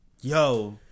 yo